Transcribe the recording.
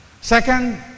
second